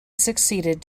succeeded